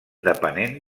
depenent